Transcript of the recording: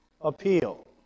appeal